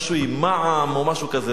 משהו עם מע"מ או משהו כזה.